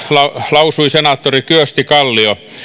lausui senaattori kyösti kallio